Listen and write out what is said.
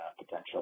potential